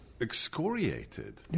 excoriated